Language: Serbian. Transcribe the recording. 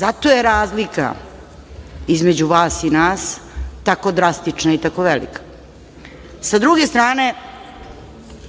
zato je razlika između vas i nas tako drastična i tako velika. Sa druge strane,